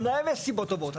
גם להם יש סיבות טובות.